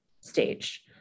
stage